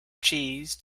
cheese